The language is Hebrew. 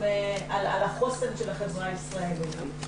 על החוסן של החברה הישראלית.